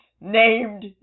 named